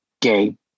gay